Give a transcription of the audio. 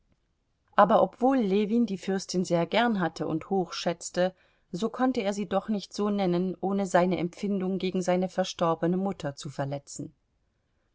aber obwohl ljewin die fürstin sehr gern hatte und hochschätzte so konnte er sie doch nicht so nennen ohne seine empfindung gegen seine verstorbene mutter zu verletzen